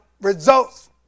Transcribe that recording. results